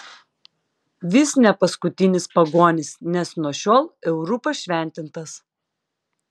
vis ne paskutinis pagonis nes nuo šiol euru pašventintas